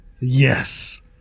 Yes